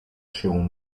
się